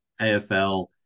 AFL